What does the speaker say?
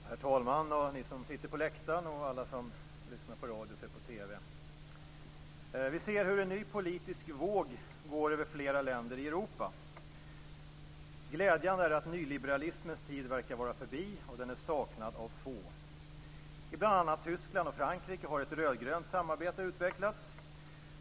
Herr talman! Alla ni som sitter på läktaren! Alla ni som lyssnar på radio och ser på TV! Vi ser hur en ny politisk våg går över flera länder i Europa. Glädjande är att nyliberalismens tid verkar vara förbi, och den är saknad av få. I bl.a. Tyskland och Frankrike har ett rödgrönt samarbete utvecklats.